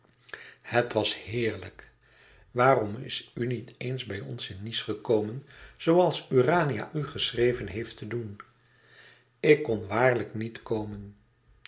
het was heerlijk waarom is u niet eens bij ons in nice gekomen zooals urania u geschreven heeft te doen ik kon waarlijk niet komen